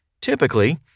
Typically